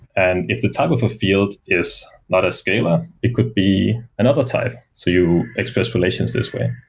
and if the type of a field is not a scaler, it could be another type. so you express relations this way.